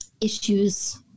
issues